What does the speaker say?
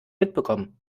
mitbekommen